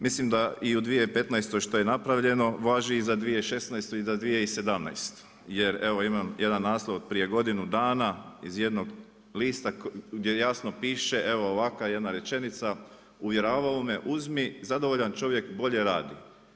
Mislim da i u 2015. što je napravljeno važi i za 2016. i za 2017. jer evo imam jedan naslov prije godinu dana iz jednog lista gdje jasno pište, evo ovakva jedna rečenica, uvjeravao me uzmi, zadovoljan čovjek bolje radi.